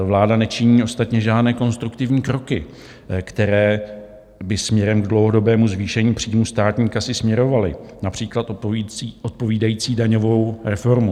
Vláda nečiní ostatně žádné konstruktivní kroky, které by směrem k dlouhodobému zvýšení příjmů státní kasy směrovaly, například odpovídající daňovou reformu.